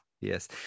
yes